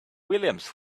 williams